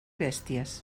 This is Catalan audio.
bèsties